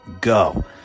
go